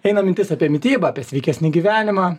eina mintis apie mitybą apie sveikesnį gyvenimą